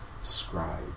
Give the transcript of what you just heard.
scribe